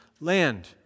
land